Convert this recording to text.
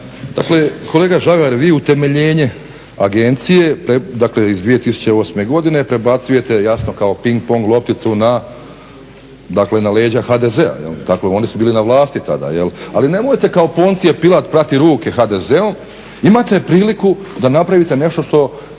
Dakle, kolega Žagar vi utemeljenje agencije, dakle iz 2008. godine prebacujete jasno kao ping pong lopticu na, dakle na leđa HDZ-a, oni su bili na vlasti tada. Ali nemojte kao Poncije Pilat prati ruke HDZ-u. Imate priliku da napravite nešto što